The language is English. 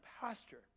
pasture